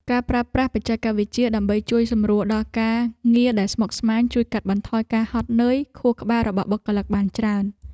ការប្រើប្រាស់បច្ចេកវិទ្យាដើម្បីជួយសម្រួលដល់ការងារដែលស្មុគស្មាញ ជួយកាត់បន្ថយការហត់នឿយខួរក្បាលរបស់បុគ្គលិកបានច្រើន។